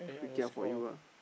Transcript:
suay kia for you lah